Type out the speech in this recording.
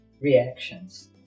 reactions